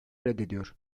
reddediyor